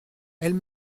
elle